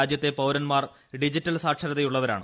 രാജ്യത്തെ പൌരൻമാർ ഡിജിറ്റൽ സാക്ഷരതയുള്ളവരാണ്